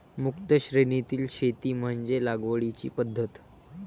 मुक्त श्रेणीतील शेती म्हणजे लागवडीची पद्धत